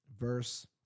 Verse